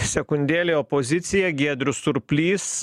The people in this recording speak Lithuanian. sekundėlei opozicija giedrius surplys